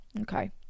okay